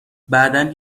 بعدا